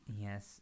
Yes